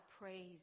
praise